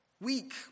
weak